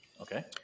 okay